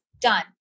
Done